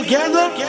Together